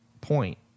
point